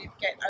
get